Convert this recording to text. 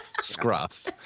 Scruff